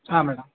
ಹಾಂ ಮೇಡಮ್